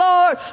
Lord